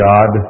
God